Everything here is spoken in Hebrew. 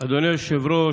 אדוני היושב-ראש,